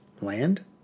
Land